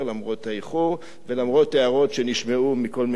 למרות האיחור ולמרות ההערות שנשמעו מכל מיני חברי כנסת,